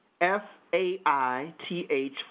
f-a-i-t-h